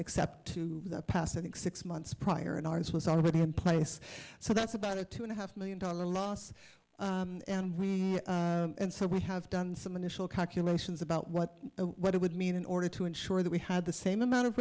except to the past and exists months prior and ours was already in place so that's about a two and a half million dollar loss and we and so we have done some initial calculations about what what it would mean in order to ensure that we had the same amount of